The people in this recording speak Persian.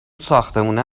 ساختمونه